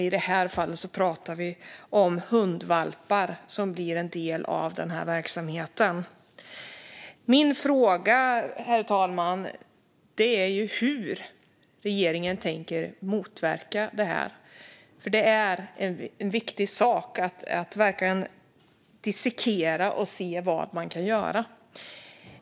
I det här fallet pratar vi om hundvalpar som blir en del av den här verksamheten. Min fråga, herr talman, är hur regeringen tänker motverka det här. Det är viktigt att verkligen dissekera detta och se vad man kan göra.